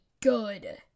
good